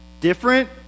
different